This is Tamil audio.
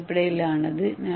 ஏ அடிப்படையிலானது